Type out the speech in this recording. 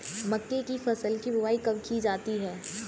मक्के की फसल की बुआई कब की जाती है?